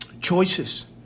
...choices